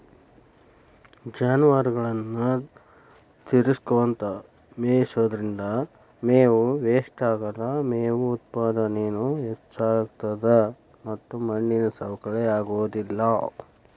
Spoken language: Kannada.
ಜಾನುವಾರುಗಳನ್ನ ತಿರಗಸ್ಕೊತ ಮೇಯಿಸೋದ್ರಿಂದ ಮೇವು ವೇಷ್ಟಾಗಲ್ಲ, ಮೇವು ಉತ್ಪಾದನೇನು ಹೆಚ್ಚಾಗ್ತತದ ಮತ್ತ ಮಣ್ಣಿನ ಸವಕಳಿ ಆಗೋದಿಲ್ಲ